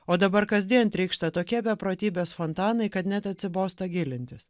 o dabar kasdien trykšta tokie beprotybės fontanai kad net atsibosta gilintis